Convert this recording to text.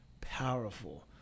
powerful